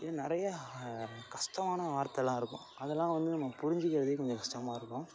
இது நிறையா கஷ்டமான வார்த்தைலாம் இருக்கும் அதெலாம் வந்து நம்ம புரிஞ்சிக்கிறதுக்கு கொஞ்சம் கஷ்டமா இருக்கும்